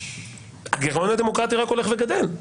הגירעון הדמוקרטי רק הולך וגדל.